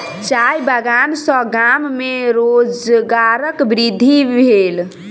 चाय बगान सॅ गाम में रोजगारक वृद्धि भेल